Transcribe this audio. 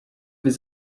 his